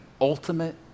ultimate